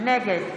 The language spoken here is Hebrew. נגד